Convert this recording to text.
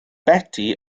beti